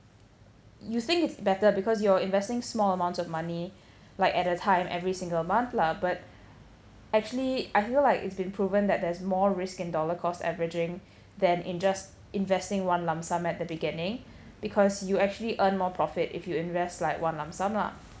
you think it's better because you're investing small amounts of money like at a time every single month lah but actually I feel like it's been proven that there's more risk in dollar cost averaging than in just investing one lump sum at the beginning because you actually earn more profit if you invest like one lump sum lah